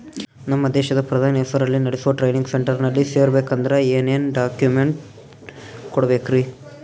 ನಮ್ಮ ದೇಶದ ಪ್ರಧಾನಿ ಹೆಸರಲ್ಲಿ ನೆಡಸೋ ಟ್ರೈನಿಂಗ್ ಸೆಂಟರ್ನಲ್ಲಿ ಸೇರ್ಬೇಕಂದ್ರ ಏನೇನ್ ಡಾಕ್ಯುಮೆಂಟ್ ಕೊಡಬೇಕ್ರಿ?